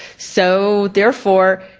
so therefore,